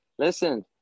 listen